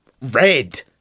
red